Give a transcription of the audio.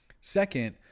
Second